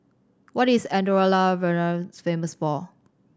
what is Andorra La Vella famous for